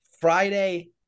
Friday